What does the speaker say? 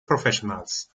professionals